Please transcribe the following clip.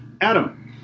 Adam